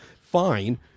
fine